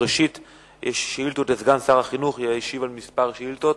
ראשית סגן שר החינוך ישיב על כמה שאילתות,